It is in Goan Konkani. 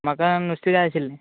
म्हाका नुस्ते जाय आशिल्लें